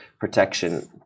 protection